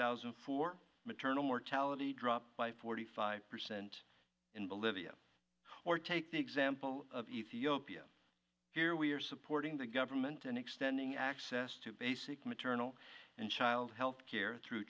thousand and four maternal mortality dropped by forty five percent in bolivia or take the example of ethiopia here we are supporting the government and extending access to basic maternal and child health care through